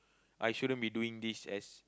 I shouldn't be doing this as